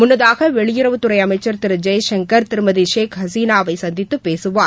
முன்னதாக வெளியுறவுத்துறை அமைச்சர் திரு ஜெய்சங்கர் திருமதி ஷேக் ஹசீனாவை சந்தித்துப் பேசுவார்